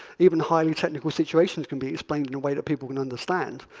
even highly technical situations can be explained in a way that people can understand.